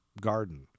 garden